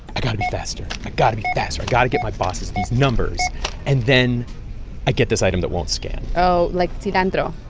i've got to be faster. i've got to be faster. i've got to get my bosses these numbers and then i get this item that won't scan oh, like cilantro.